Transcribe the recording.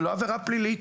זוהי לא עבירה פלילית,